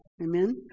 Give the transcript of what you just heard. Amen